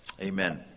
Amen